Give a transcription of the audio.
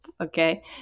okay